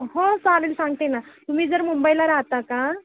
हो चालेल सांगते ना तुम्ही जर मुंबईला राहता का